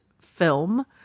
film